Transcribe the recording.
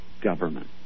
government